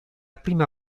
prima